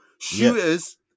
Shooters